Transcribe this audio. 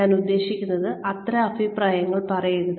ഞാൻ ഉദ്ദേശിക്കുന്നത് അത്തരം അഭിപ്രായങ്ങൾ പറയരുത്